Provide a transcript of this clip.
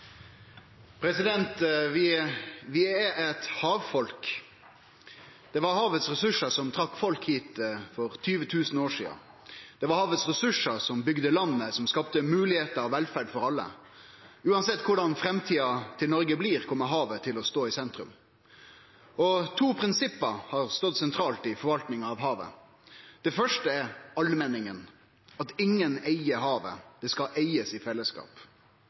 eit havfolk. Det var ressursane i havet som trekte folk hit for 20 000 år sidan. Det var ressursane i havet som bygde landet, som skapte moglegheiter og velferd for alle. Uansett korleis framtida til Noreg blir, kjem havet til å stå i sentrum. To prinsipp har stått sentralt i forvaltinga av havet. Det første er allmenningen, at ingen eig havet, det skal eigast i fellesskap.